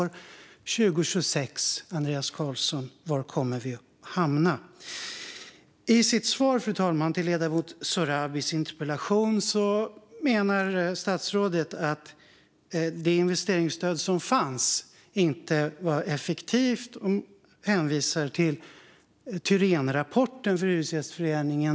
Var kommer vi att hamna 2026, Andreas Carlson? Fru talman! I sitt svar på ledamoten Sohrabis interpellation menar statsrådet att det investeringsstöd som fanns inte var effektivt, och han hänvisar till Tyrénrapporten som gjorts på uppdrag av Hyresgästföreningen.